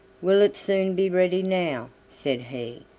will it soon be ready now? said he,